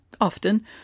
often